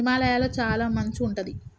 హిమాలయ లొ చాల మంచు ఉంటది